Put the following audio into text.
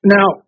Now